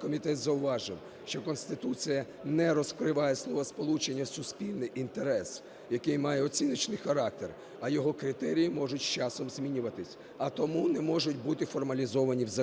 комітет зауважив, що Конституція не розкриває словосполучення "суспільний інтерес", який має оціночний характер, а його критерії можуть з часом змінюватися, а тому не можуть бути формалізовані в законі.